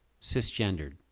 Cisgendered